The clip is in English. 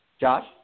Josh